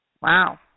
wow